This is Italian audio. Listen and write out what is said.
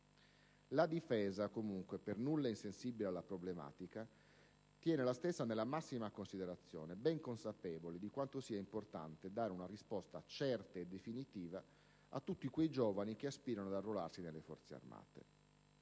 La Difesa, comunque, per nulla insensibile alla problematica, tiene la stessa nella massima considerazione, ben consapevole di quanto sia importante dare una risposta certa e definitiva a tutti quei giovani che aspirano ad arruolarsi nelle Forze armate.